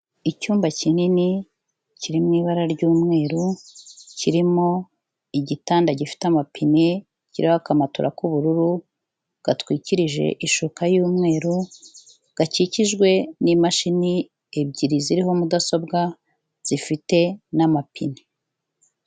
Icyumba kinini kiri mu ibara ry'umweru, kirimo igitanda gifite amapine kiriho akamatora k'ubururu gatwikirije ishuka y'umweru, gakikijwe n'imashini ebyiri ziriho mudasobwa, zifite n'amapine.